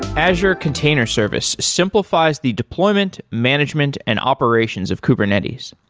azure container service simplifies the deployment, management and operations of kubernetes.